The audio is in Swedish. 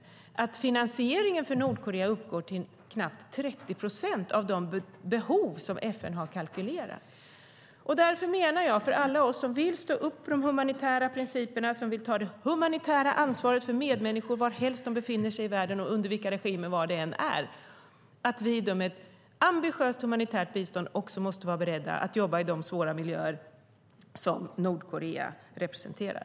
Där meddelades att finansieringen för Nordkorea uppgår till knappt 30 procent av de behov som FN har kalkylerat. Därför menar jag att alla vi som vill stå upp för de humanitära principerna och som vill ta det humanitära ansvaret för medmänniskor, varhelst de befinner sig i världen och vilka regimer det än må handla om, med ett ambitiöst humanitärt bistånd också måste vara beredda att jobba i sådana svåra miljöer som Nordkorea representerar.